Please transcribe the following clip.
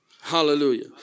hallelujah